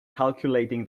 calculating